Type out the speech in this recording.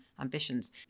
ambitions